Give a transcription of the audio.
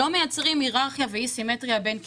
לא מייצרים היררכיה ואי סימטריה בין קצבאות.